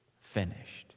finished